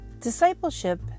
Discipleship